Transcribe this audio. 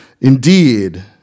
Indeed